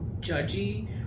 judgy